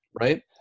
right